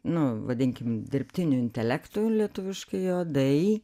nu vadinkim dirbtiniu intelektu lietuviškai jo di